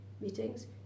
meetings